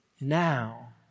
now